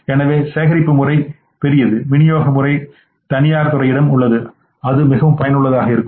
எனவே சேகரிப்பு முறை பெரியது விநியோக முறை தனியார் துறையிடம் உள்ளது அது மிகவும் பயனுள்ளதாக இருக்கும்